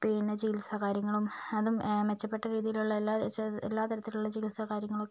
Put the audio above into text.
പിന്നെ ചികിത്സ കാര്യങ്ങളും അതും മെച്ചപ്പെട്ട രീതിയിലുള്ള എല്ലാ എല്ലാ തരത്തിലുള്ള ചികിത്സാ കാര്യങ്ങളൊക്കെ